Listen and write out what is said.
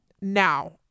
Now